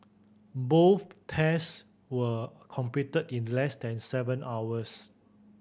both test were completed in less than seven hours